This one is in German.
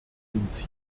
uns